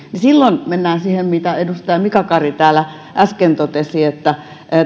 silloin mennään siihen mitä edustaja mika kari täällä äsken totesi että